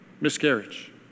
miscarriage